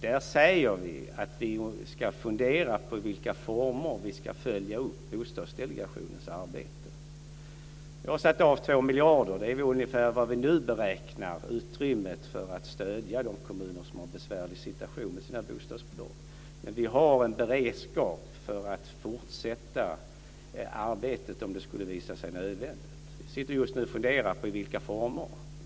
Där säger vi att vi ska fundera över i vilka former vi ska följa upp Bostadsdelegationens arbete. Vi har avsatt 2 miljarder. Det är ungefär det utrymme vi nu beräknar för att stödja de kommuner som har en besvärlig situation med sina bostadsbolag. Men vi har en beredskap för att fortsätta arbetet om det skulle visa sig nödvändigt. Vi sitter just nu och funderar över i vilka former.